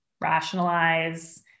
rationalize